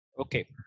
Okay